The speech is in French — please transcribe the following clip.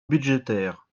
budgétaires